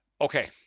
Okay